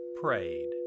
prayed